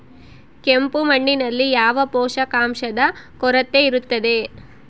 ಕೆಂಪು ಮಣ್ಣಿನಲ್ಲಿ ಯಾವ ಪೋಷಕಾಂಶದ ಕೊರತೆ ಇರುತ್ತದೆ?